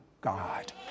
God